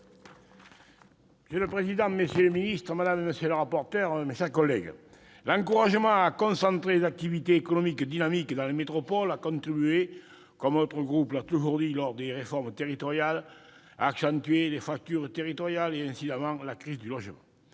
Monsieur le président, monsieur le ministre, monsieur le secrétaire d'État, mes chers collègues, l'encouragement à concentrer les activités économiques dynamiques dans les métropoles a contribué, comme notre groupe l'a toujours souligné lors des réformes territoriales, à accentuer les fractures territoriales et, incidemment, la crise du logement.